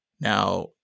now